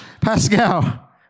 Pascal